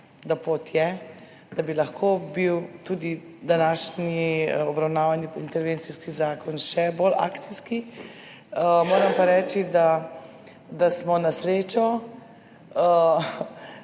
da pot je, da bi lahko bil tudi današnji obravnavani intervencijski zakon še bolj akcijski, moram pa reči, da, da smo na srečo